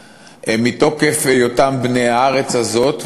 מתוקף היותם בני הארץ הזאת,